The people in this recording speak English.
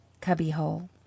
cubbyhole